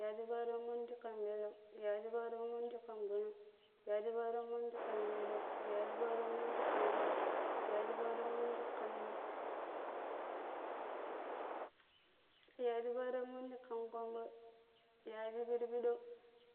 yashi pattiran mundi kan peleu, yashi pattiran mundi kan gbonong, yashi pattiran mundi kan pedeu, yashi pattiran mundi kan fwat, yashi pattiran mundi kan, yashi pattiran mundi kan komboi, yashi pidpidon,